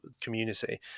community